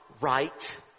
right